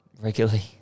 regularly